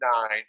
nine